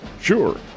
Sure